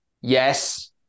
Yes